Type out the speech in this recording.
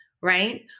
right